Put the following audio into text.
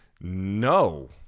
No